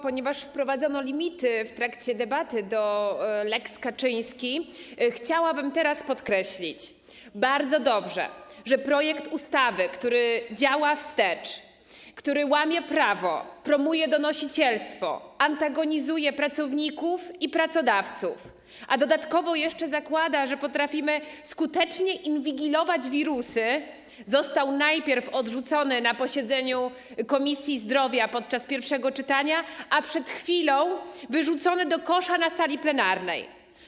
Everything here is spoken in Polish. Ponieważ wprowadzono limity w trakcie debaty o lex Kaczyński, chciałabym teraz podkreślić: bardzo dobrze, że projekt ustawy, która działa wstecz, łamie prawo, promuje donosicielstwo, antagonizuje pracowników i pracodawców, a dodatkowo jeszcze zakłada, że potrafimy skutecznie inwigilować wirusy, najpierw został odrzucony na posiedzeniu Komisji Zdrowia podczas pierwszego czytania, a przed chwilą został wyrzucony do kosza na sali plenarnej.